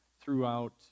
throughout